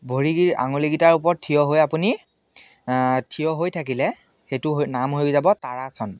ভৰিৰ আঙুলিকেইটাৰ ওপৰত থিয় হৈ আপুনি থিয় হৈ থাকিলে সেইটো হৈ নাম হৈ যাব তাৰাসন